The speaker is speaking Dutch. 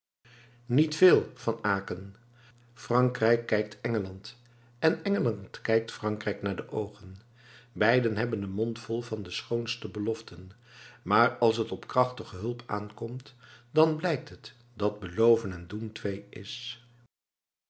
niet veel van aecken frankrijk kijkt engeland en engeland kijkt frankrijk naar de oogen beiden hebben den mond vol van de schoonste beloften maar als het op krachtige hulp aankomt dan blijkt het dat beloven en doen twee is